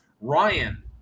Ryan